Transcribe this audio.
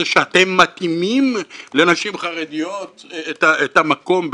שאתם מתאימים לנשים חרדיות את המקום?